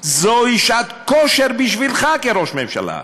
זו שעת כושר בשבילך כראש ממשלה,